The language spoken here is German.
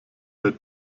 der